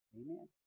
Amen